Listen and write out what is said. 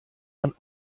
man